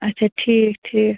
آچھا ٹھیٖک ٹھیٖک